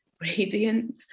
radiant